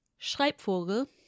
Schreibvogel